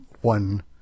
one